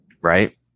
right